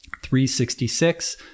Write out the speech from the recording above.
366